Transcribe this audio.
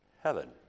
heaven